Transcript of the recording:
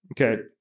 Okay